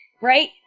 right